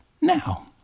now